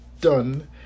done